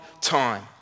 time